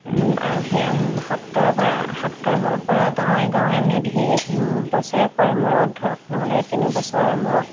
আৰু সেয়া সত্ৰৰ পৰা সত্ৰৰ পৰা গাঁৱে গাঁৱে মেধি বছৰেকৰ মূৰত ধৰক নহ'লে তিনি বছৰৰ মূৰত